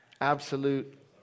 Absolute